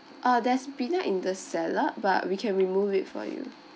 uh there's peanut in the salad but we can remove it for you